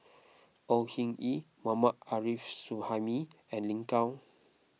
Au Hing Yee Mohammad Arif Suhaimi and Lin Gao